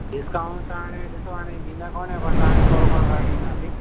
discount हाणे ॾिसो हाणे डींदा कोन आहियूं पाण तव्हांखे थोरो घणो करे डींदासि